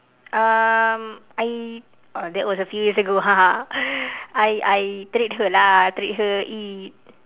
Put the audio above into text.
um I uh that was a few years ago I I treat her lah treat her eat